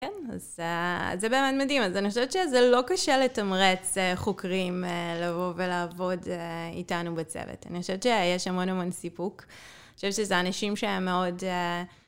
כן, אז זה באמת מדהים. אז אני חושבת שזה לא קשה לתמרץ חוקרים לבוא ולעבוד איתנו בצוות. אני חושבת שיש המון המון סיפוק. אני חושבת שזה אנשים שהם מאוד...